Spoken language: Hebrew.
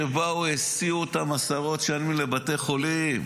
שבאו והסיעו אותם עשרות שנים לבתי חולים,